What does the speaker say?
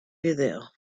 vídeo